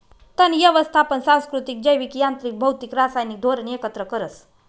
तण यवस्थापन सांस्कृतिक, जैविक, यांत्रिक, भौतिक, रासायनिक धोरण एकत्र करस